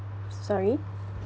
s~ sorry